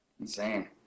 insane